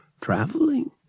traveling